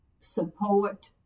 support